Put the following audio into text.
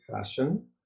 fashion